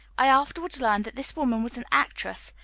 i afterwards learned that this woman was an actress,